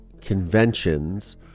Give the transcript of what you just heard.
conventions